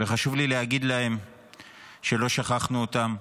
חשוב לי להגיד להם שלא שכחנו אותם,